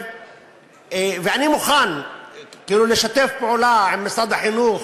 אני מוכן לשתף פעולה עם משרד החינוך